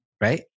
right